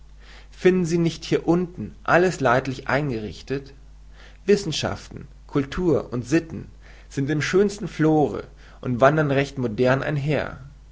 finden sie nicht hier unten alles leidlich eingerichtet wissenschaften kultur und sitten sind im schönsten flore und wandern recht modern einher